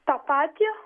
tą patį